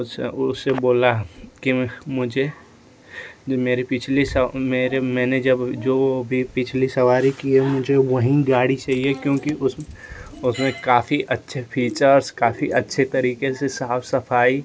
उससे बोला की मुझे मेरे पिछले मेरे मैंने जब जो भी पिछली जो भी पिछली सवारी किये मुझे वही गाड़ी चाहिए क्योंकि उसमे काफी अच्छे फीचर काफी अच्छे तरीके से साफ़ सफाई